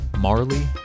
Marley